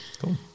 Cool